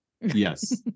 Yes